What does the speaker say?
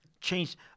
change